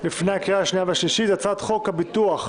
לפני הקריאה השנייה והשלישית: הצעת חוק חוזה